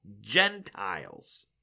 Gentiles